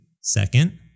Second